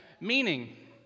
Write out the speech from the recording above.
meaning